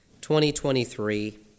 2023